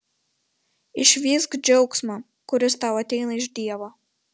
išvysk džiaugsmą kuris tau ateina iš dievo